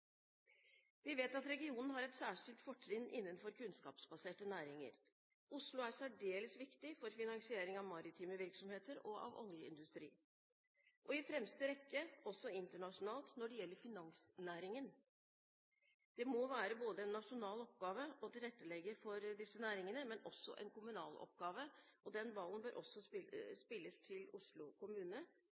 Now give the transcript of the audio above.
Vi vet at regionen har et særskilt fortrinn innenfor kunnskapsbaserte næringer. Oslo er særdeles viktig for finansiering av maritime virksomheter og av oljeindustrien og i fremste rekke også internasjonalt når det gjelder finansnæringen. Det må være både en nasjonal og en kommunal oppgave å tilrettelegge for disse næringene, og den ballen bør også spilles til Oslo kommune,